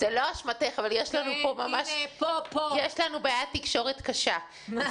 זה לא אשמתך אבל יש לנו בעיית תקשורת קשה ולכן